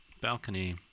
balcony